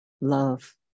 love